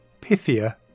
Pythia